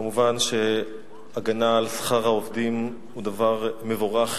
מובן שהגנה על שכר העובדים היא דבר מבורך,